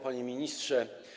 Panie Ministrze!